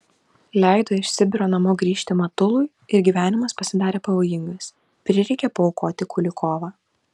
leido iš sibiro namo grįžt matului ir gyvenimas pasidarė pavojingas prireikė paaukoti kulikovą